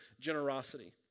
generosity